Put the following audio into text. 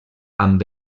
amb